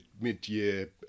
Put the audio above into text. mid-year